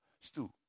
Stu